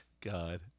God